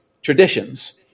traditions